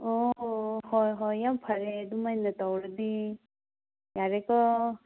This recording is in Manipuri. ꯑꯣ ꯍꯣꯏ ꯍꯣꯏ ꯌꯥꯝ ꯐꯔꯦ ꯑꯗꯨꯃꯥꯏꯅ ꯇꯧꯔꯗꯤ ꯌꯥꯔꯦꯀꯣ